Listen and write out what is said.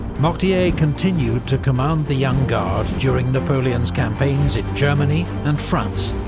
mortier continued to command the young guard during napoleon's campaigns in germany and france,